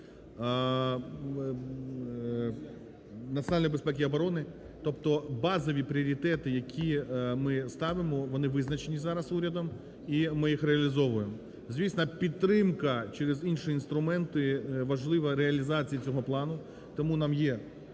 національної безпеки і оборони. Тобто базові пріоритети, які ми ставимо, вони визначені зараз урядом, і ми їх реалізовуємо. Звісно, підтримка через інші інструменти, важлива реалізація цього плану, тому нам є